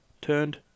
turned